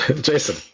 Jason